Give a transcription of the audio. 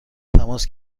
تماس